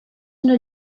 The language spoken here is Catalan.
una